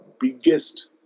biggest